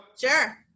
Sure